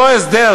אותו הסדר,